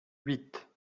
huit